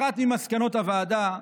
אחת ממסקנות הוועדה,